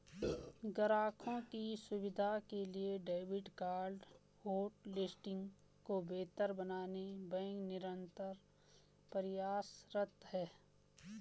ग्राहकों की सुविधा के लिए डेबिट कार्ड होटलिस्टिंग को बेहतर बनाने बैंक निरंतर प्रयासरत है